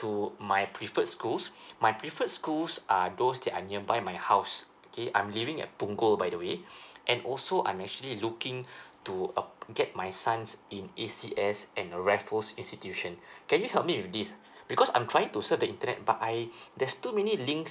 to my preferred schools my preferred schools are those that are nearby my house okay I'm leaving at punggol by the way and also I'm actually looking to ap~ get my sons in E C S and a raffles institution can you help me with this because I'm trying to surf the internet but I there's too many links